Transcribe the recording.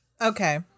Okay